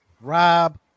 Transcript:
Rob